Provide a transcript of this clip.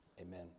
Amen